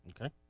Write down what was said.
Okay